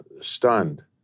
stunned